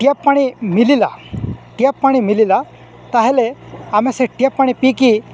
tap ପାଣି ମିଲିଲା tap ପାଣି ମିଳିଲା ତାହେଲେ ଆମେ ସେ ଟ୍ୟାପ୍ ପାଣି ପିିଇକି